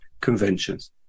Conventions